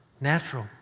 natural